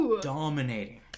dominating